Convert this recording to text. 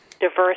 Diverse